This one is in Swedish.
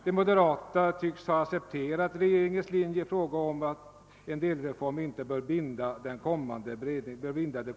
De moderata tycks ha accepterat regeringens linje, att en delreform inte bör binda det kommande beredningsarbetet.